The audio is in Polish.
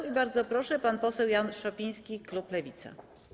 I bardzo proszę, pan poseł Jan Szopiński, klub Lewica.